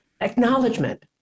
acknowledgement